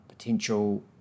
potential